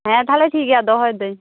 ᱦᱮᱸ ᱛᱟᱦᱚᱞᱮ ᱴᱷᱤᱠ ᱜᱮᱭᱟ ᱫᱚᱦᱚᱭᱮᱫᱟᱹᱧ